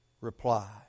reply